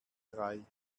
drei